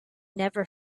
never